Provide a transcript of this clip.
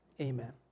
amen